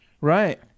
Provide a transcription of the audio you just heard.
Right